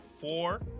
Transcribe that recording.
four